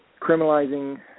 criminalizing